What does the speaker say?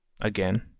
again